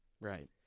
Right